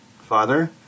father